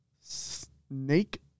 Snake